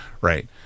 Right